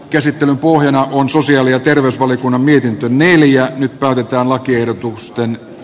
käsittelyn pohjana on sosiaali ja terveysvaliokunnan mietintö neljä nyt tarvitaan lakiehdotukseen